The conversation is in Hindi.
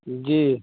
जी